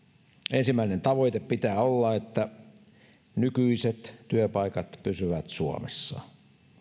ensimmäinen tavoite pitää olla että nykyiset työpaikat pysyvät suomessa